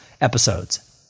episodes